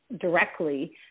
directly